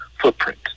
footprint